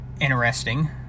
interesting